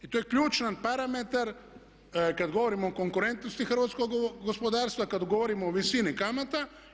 I to je ključan parametar kad govorimo o konkurentnosti hrvatskog gospodarstva, kad govorimo o visini kamata.